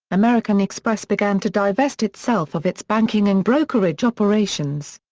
american express began to divest itself of its banking and brokerage operations.